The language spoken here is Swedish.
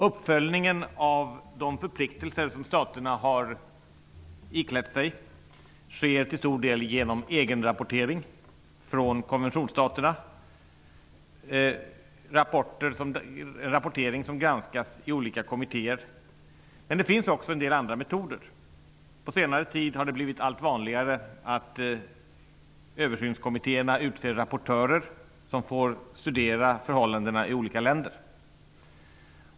Uppföljningen av de förpliktelser som staterna har iklätt sig sker till stor del genom egenrapportering från konventionsstaterna; en rapportering som granskas i olika kommittéer. Men det finns också en del andra metoder. På senare tid har det blivit allt vanligare att översynskommittéerna utser rapportörer som studerar förhållandena i olika länder.